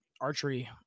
archery